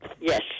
yes